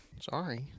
Sorry